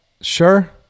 Sure